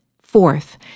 Fourth